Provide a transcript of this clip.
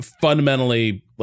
Fundamentally